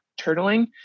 turtling